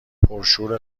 پرشور